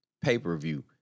pay-per-view